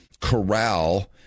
corral